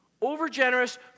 Overgenerous